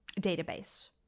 database